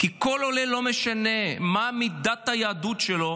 כי כל עולה, לא משנה מה מידת היהדות שלו,